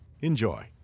Enjoy